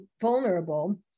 vulnerable